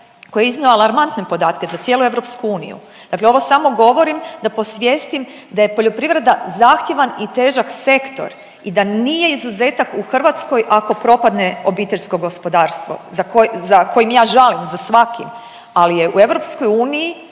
koji je iznio alarmantne podatke za cijelu EU, dakle ovo samo govorim da posvjestim da je poljoprivreda zahtjevan i težak sektor i da nije izuzetak u Hrvatskoj ako propadne obiteljsko gospodarstvo za kojim ja žalim za svakim, ali je u EU